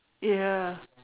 ya